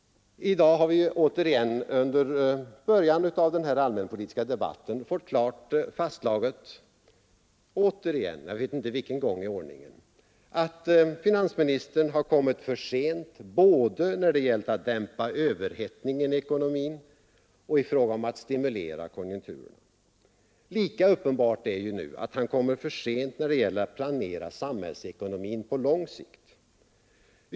I dag har vi återigen i början av den allmänpolitiska debatten fått fastslaget — jag vet inte för vilken gång i ordningen — att finansministern har kommit för sent både när det gällt att dämpa överhettningen i ekonomin och i fråga om att stimulera konjunkturerna. Lika uppenbart är nu att han kommer för sent när det gäller att planera samhällsekonomin på lång sikt.